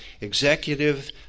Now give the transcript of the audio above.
executive